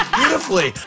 beautifully